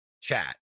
chat